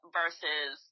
versus